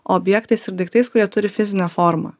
objektais ir daiktais kurie turi fizinę formą